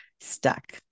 stuck